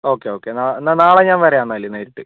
okay okay എന്നാൽ എന്നാൽ നാളെ ഞാൻ വരാം എന്നാൽ നേരിട്ട്